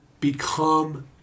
Become